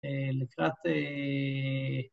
לקראת...